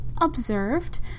observed